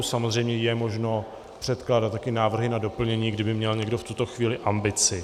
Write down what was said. Samozřejmě je možné předkládat taky návrhy na doplnění, kdyby měl někdo v tuto chvíli ambici.